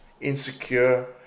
insecure